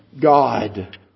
God